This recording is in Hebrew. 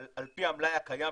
אבל על פי המלאי הקיים,